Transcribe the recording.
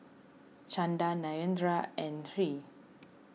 Chanda Narendra and Hri